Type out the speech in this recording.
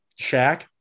Shaq